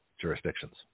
jurisdictions